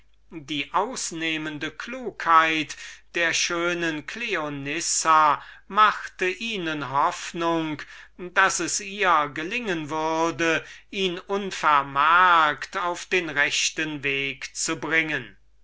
die ausnehmende klugheit der schönen cleonissa machte ihnen hoffnung daß es ihr gelingen würde ihn unvermerkt auf den rechten weg zu bringen